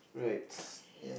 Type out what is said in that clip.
right